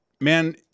man